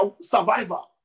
survival